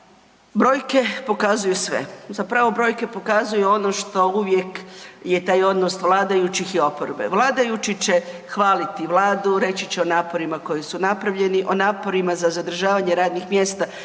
brojke pokazuju sve. Zapravo brojke pokazuju ono što uvijek je taj odnos vladajućih i oporbe. Vladajući će hvaliti Vladu, reći će o naporima koji su napravljeni, o naporima za zadržavanje radnih mjesta,